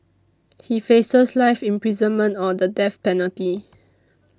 he faces life imprisonment or the death penalty